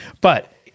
But-